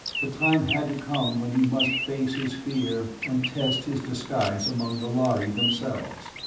the time had to come when he must face his fear and test his disguise among the lhari themselves.